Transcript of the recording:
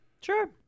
sure